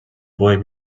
boy